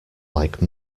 like